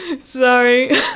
sorry